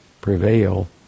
prevail